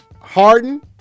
Harden